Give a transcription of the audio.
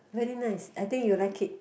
very nice I think you will like it